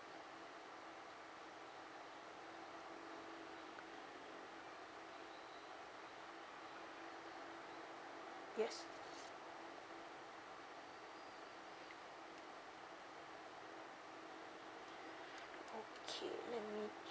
yes okay let me check